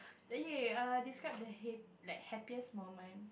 then ya err describe the ha~ like happiest moment